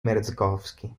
merezkowski